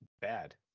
bad